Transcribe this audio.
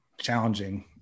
challenging